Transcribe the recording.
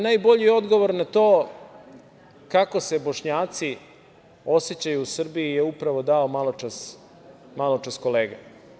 Najbolji odgovor na to kako se Bošnjaci osećaju u Srbiji je upravo dao maločas kolega.